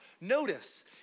Notice